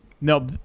No